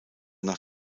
nach